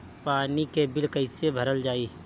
पानी के बिल कैसे भरल जाइ?